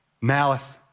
malice